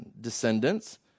descendants